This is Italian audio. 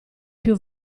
più